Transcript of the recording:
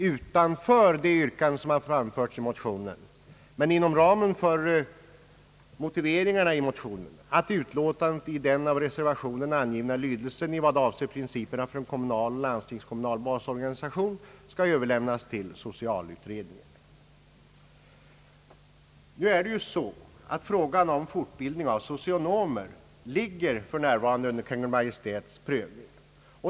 Utöver de yrkanden som framförts i motionen men inom ramen för motiveringarna i motionen yrkar man att utlåtandet i den av reservationen angivna lydelsen i vad avser principerna för en kommunal och landstingskommunal basorganisation skall överlämnas till socialutredningen. Frågan om fortbildning av socionomer ligger för närvarande under Kungl. Maj:ts prövning.